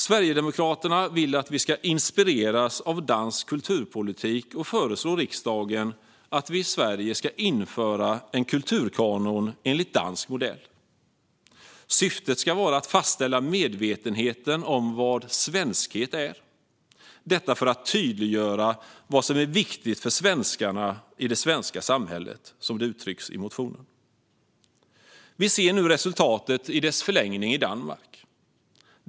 Sverigedemokraterna vill att vi ska inspireras av dansk kulturpolitik och föreslår riksdagen att vi i Sverige ska införa en kulturkanon enligt dansk modell. Syftet ska vara att fastställa medvetenheten om vad svenskhet är - detta för att tydliggöra vad som är viktigt för svenskarna i det svenska samhället, som det uttrycks i motionen. Vi ser nu resultatet i dess förlängning i Danmark.